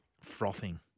frothing